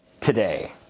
today